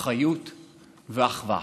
אחריות ואחווה.